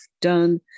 done